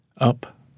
Up